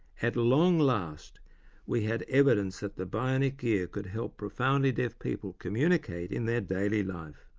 at long last we had evidence that the bionic ear could help profoundly deaf people communicate in their daily life.